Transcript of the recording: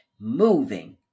moving